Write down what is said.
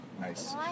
Nice